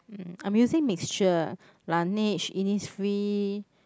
um I'm using mixture Laneige Innisfree